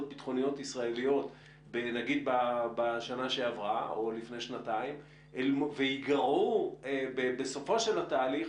ביטחוניות ישראליות בשנה שעברה או לפני שנתיים וייגרעו בסופו של התהליך,